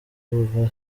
kuva